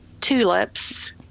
tulips